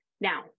Now